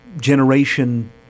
generation